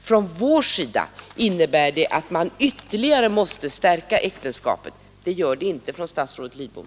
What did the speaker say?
För oss innebär det att man ytterligare måste stärka äktenskapet, men det gör det inte för statsrådet Lidbom.